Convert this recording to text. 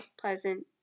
Pleasant